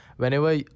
Whenever